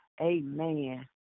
amen